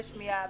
שמיעה,